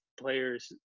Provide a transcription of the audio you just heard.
player's